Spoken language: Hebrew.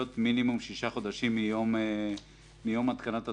מינימום של שישה חודשים מיום התקנת התקנות,